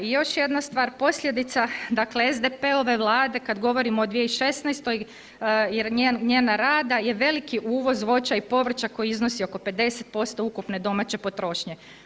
I još jedna stvar, posljedica dakle SDP-ove Vlade kad govorimo o 2016. i njenog rada je veliki uvoz voća i povrća koji iznosi oko 50% ukupne domaće potrošnje.